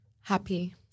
Happy